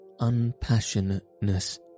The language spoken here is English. unpassionateness